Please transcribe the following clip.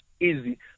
easy